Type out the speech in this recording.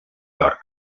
york